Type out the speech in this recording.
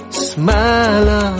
smile